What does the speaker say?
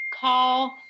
call